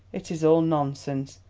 it is all nonsense.